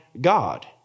God